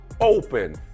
open